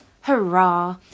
Hurrah